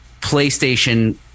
PlayStation